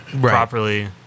properly